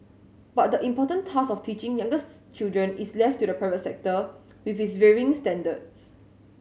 but the important task of teaching younger's children is left to the private sector with its varying standards